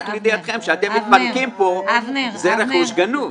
רק לידיעתכם, שאתם מתפנקים פה, זה רכוש גנוב.